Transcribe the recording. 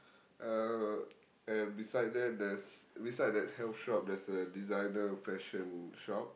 uh and beside there there's beside that health shop there's a designer fashion shop